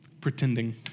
pretending